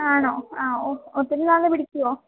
ആണോ ആ ഒത്തിരി നാൾ പിടിക്കുമോ